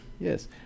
Yes